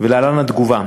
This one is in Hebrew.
ולהלן התגובה: